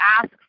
ask